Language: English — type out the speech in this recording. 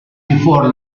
before